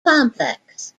complex